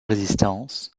résistance